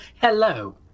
hello